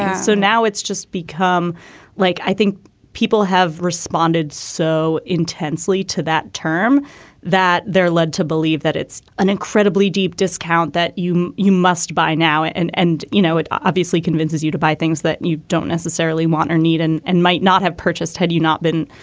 so now it's just become like i think people have responded so intensely to that term that they're led to believe that it's an incredibly deep discount that you you must buy now and, and you know, it obviously convinces you to buy things that you don't necessarily want or need and and might not have purchased had you not been